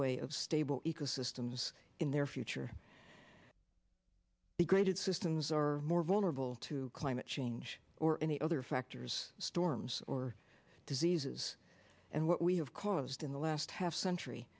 way of stable ecosystems in their future the graded systems are more vulnerable to climate change or any other factors storms or diseases and what we have caused in the last half century